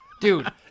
Dude